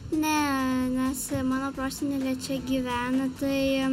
ne nes mano prosenelė čia gyvena tai